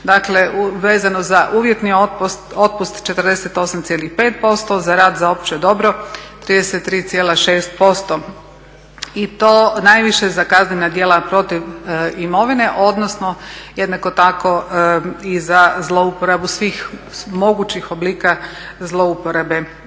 Dakle, vezano za uvjetni otpust, otpust 48,5% za rad za opće dobro 33,6% i to najviše za kaznena djela protiv imovine, odnosno jednako tako i za zlouporabu svih mogućih oblika zlouporabe